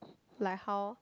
like how